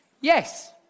Yes